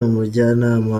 umujyanama